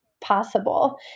possible